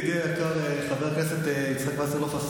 ידידי היקר חבר הכנסת יצחק וסרלאוף,